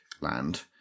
land